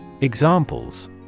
Examples